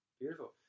Beautiful